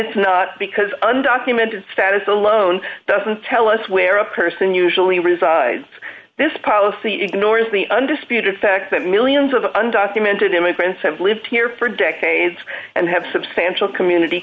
it's not because undocumented status alone doesn't tell us where a person usually resides this policy to ignore is the undisputed fact that millions of undocumented immigrants have lived here for decades and have substantial community